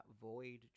void